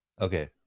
Okay